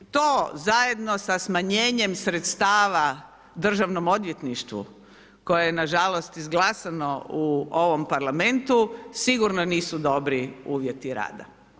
To zajedno sa smanjenjem sredstava državnom odvjetništvu, koje je nažalost, izglasano u ovom parlamentu, sigurno nisu dobri uvjeti rada.